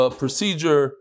procedure